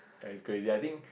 ya it's crazy I think